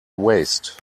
waste